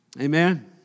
Amen